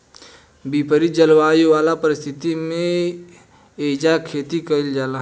विपरित जलवायु वाला परिस्थिति में एइजा खेती कईल जाला